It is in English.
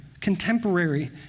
contemporary